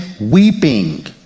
weeping